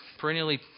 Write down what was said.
perennially